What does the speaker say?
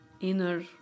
inner